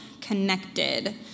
connected